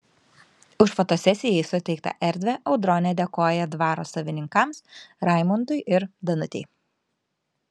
už fotosesijai suteiktą erdvę audronė dėkoja dvaro savininkams raimundui ir danutei